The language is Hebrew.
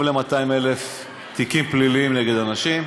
ל-200,000 תיקים פליליים נגד אנשים.